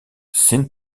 sint